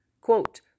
Quote